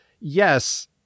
yes